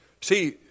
See